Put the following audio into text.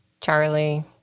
Charlie